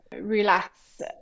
relax